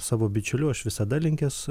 savo bičiuliu aš visada linkęs